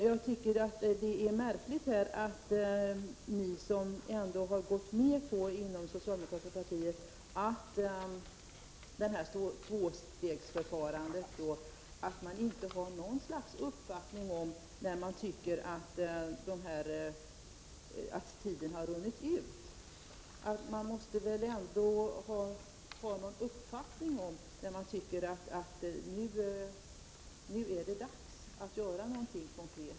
Jag tycker att det är märkligt att ni som inom det socialdemokratiska partiet har gått med på tvåstegsförfarandet inte har någon slags uppfattning om när ni tycker att tiden har runnit ut. Man måste väl ändå ha någon uppfattning om när man tycker att det är dags att göra något konkret.